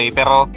pero